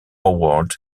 award